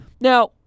Now